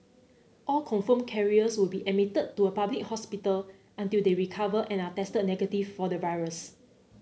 all confirmed carriers will be admitted to a public hospital until they recover and are tested negative for the virus